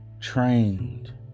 trained